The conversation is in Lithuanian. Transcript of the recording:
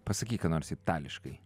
pasakyk ką nors itališkai